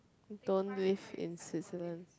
don't live in Switzerland